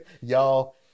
Y'all